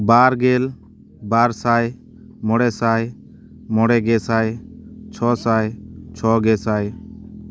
ᱵᱟᱨ ᱜᱮᱞ ᱵᱟᱨ ᱥᱟᱭ ᱢᱚᱬᱮᱥᱟᱭ ᱢᱚᱬᱮ ᱜᱮᱥᱟᱭ ᱪᱷᱚ ᱥᱟᱭ ᱪᱷᱚ ᱜᱮᱥᱟᱭ